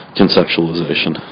conceptualization